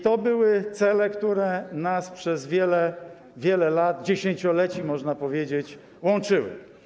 To były cele, które nas przez wiele, wiele lat, dziesięcioleci, można powiedzieć, łączyły.